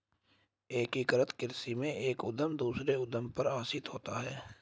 एकीकृत खेती में एक उद्धम दूसरे उद्धम पर आश्रित होता है